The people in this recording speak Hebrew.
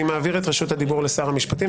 אני מעביר את רשות הדיבור לשר המשפטים,